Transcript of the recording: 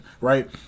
right